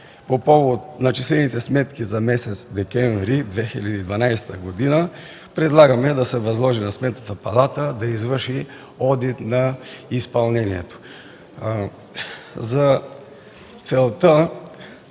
по повод начислените сметки за месец декември 2012 г., предлагаме да се възложи на Сметната палата одит на изпълнението. За целта